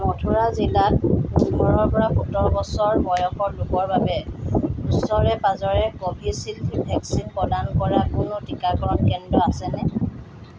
মথুৰা জিলাত পোন্ধৰৰ পৰা সোতৰ বছৰ বয়সৰ লোকৰ বাবে ওচৰে পাঁজৰে কোভিচিল্ড ভেকচিন প্ৰদান কৰা কোনো টীকাকৰণ কেন্দ্ৰ আছেনে